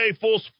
full